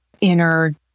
inner